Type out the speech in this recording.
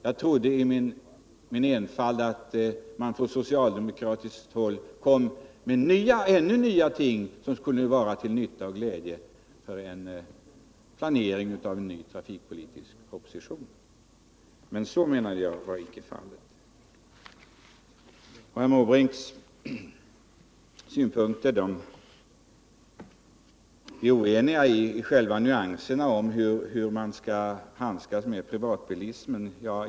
Jag trodde i min enfald att man från socialdemokratiskt håll kom med än nyare ting, som skulle vara till nytta och till glädje vid planerandet av en ny trafikpolitisk proposition. Men jag menar att så icke var fallet. Herr Måbrink och jag är oense i detaljerna om hur vi skall handskas med privatbilismen.